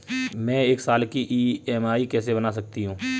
मैं एक साल की ई.एम.आई कैसे बना सकती हूँ?